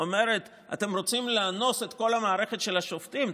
אומרת: אתם רוצים לאנוס את כל המערכת של השופטים,